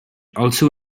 also